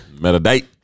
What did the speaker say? Meditate